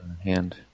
hand